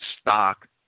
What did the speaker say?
stock